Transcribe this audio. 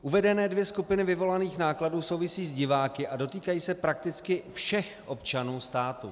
Uvedené dvě skupiny vyvolaných nákladů souvisí s diváky a dotýkají se prakticky všech občanů státu.